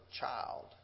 child